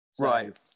Right